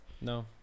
No